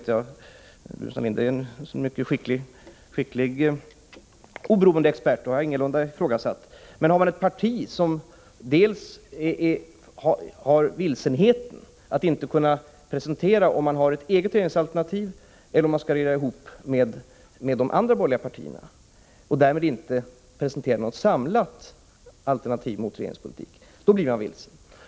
Att Burenstam Linder är en mycket skicklig oberoende expert har jag ingalunda ifrågasatt. Men tillhör man ett parti som har den vilsenheten att det inte kan presentera om det har ett eget regeringsalternativ eller om det skall regera ihop med de andra borgerliga partierna och därmed inte presenterar något samlat alternativ till regeringspolitiken, då blir man vilsen.